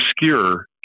obscure